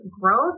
growth